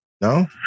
No